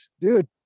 dude